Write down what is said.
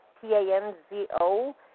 T-A-N-Z-O